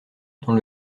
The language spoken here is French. dans